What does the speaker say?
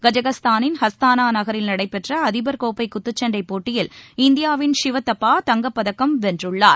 கசகஸ்தானின் Astana நகரில் நடைபெற்ற அதிபர் கோப்பை குத்துச்சண்டை போட்டியில் இந்தியாவின் ஷிவ தாபா தங்கப்பதக்கம் வென்றுள்ளார்